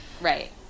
Right